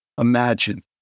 Imagine